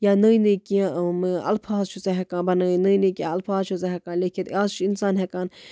یا نٔے نٔے کیٚنٛہہ یِم اَلفاظ چھُ سُہ ہیٚکان بَنٲیِتھ نٔے نٔے کیٚنٛہہ اَلفاظ چھُ سُہ ہیٚکان لیٚکھِتھ آز چھُ سُہ اِنسان ہیٚکان